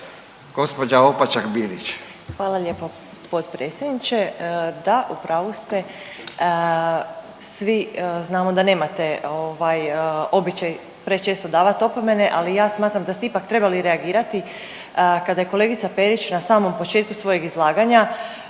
Marina (Nezavisni)** Hvala lijepo potpredsjedniče. Da, u pravu ste svi znamo da nemate običaj prečesto davat opomene, ali ja smatram da ste ipak trebali reagirati kada je kolegica Perić na samom početku svojeg izlaganja,